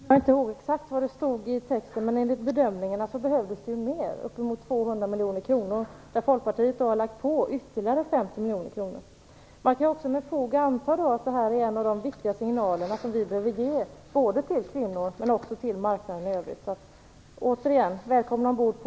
Fru talman! Jag kommer inte ihåg exakt vad som stod i texten. Men enligt bedömningarna behövdes det mer, uppemot 200 miljoner kronor, där Folkpartiet har lagt på ytterligare 50 miljoner kronor. Man kan också med fog anta att detta är en av de viktiga signaler som vi behöver ge till kvinnor och till marknaden i övrigt. Återigen: Välkommen ombord på